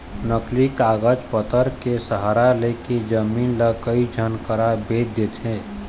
नकली कागज पतर के सहारा लेके जमीन ल कई झन करा बेंच देथे